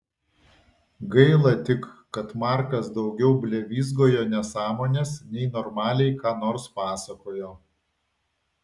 gaila tik kad markas daugiau blevyzgojo nesąmones nei normaliai ką nors pasakojo